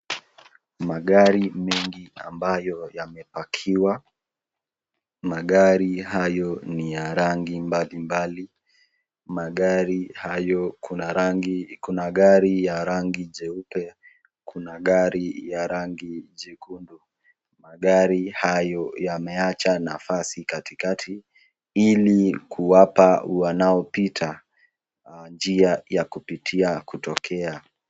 Magari mengi ambayo yamepakiwa. Magari hayo ni ya rangi mbali mbali, magari hayo kuna gari ya rangi jeupe, kuna gari ya rangi jekundu. Magari hayo yamewacha nafasi katikati ili kuwapa wanaopita njia ya kupitia kutokea.